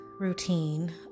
Routine